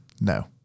No